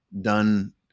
done